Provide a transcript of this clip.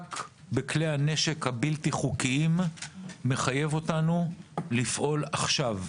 המאבק בכלי הנשק הבלתי חוקיים מחייב אותנו לפעול עכשיו,